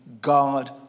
God